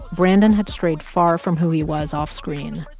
brandon had strayed far from who he was offscreen.